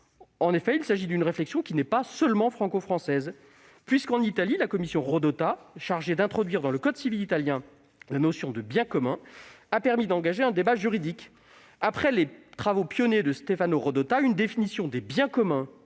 Il ne s'agit pas d'une réflexion seulement franco-française : en Italie, la commission Rodotà, chargée d'introduire dans le code civil italien la notion de « biens communs », a permis d'engager un débat juridique. Après les travaux pionniers de Stefano Rodotà, une définition des « biens communs